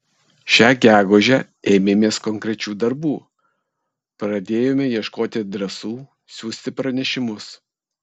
šią gegužę ėmėmės konkrečių darbų pradėjome ieškoti adresų siųsti pranešimus